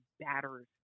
batters